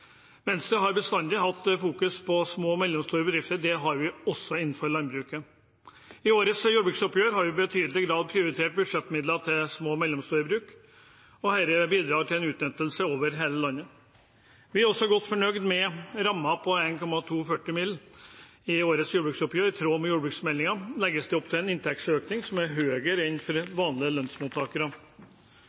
Venstre har bestandig fokusert på små og mellomstore bedrifter. Det har vi også gjort innenfor landbruket. I årets jordbruksoppgjør har vi i betydelig grad prioritert budsjettmidlene til små og mellomstore bruk. Dette bidrar til utnyttelse av hele landet. Vi er også godt fornøyd med rammen på 1,24 mrd. kr i årets jordbruksoppgjør. I tråd med jordbruksmeldingen legges det opp til en inntektsøkning som er høyere enn for vanlige lønnsmottakere.